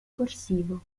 corsivo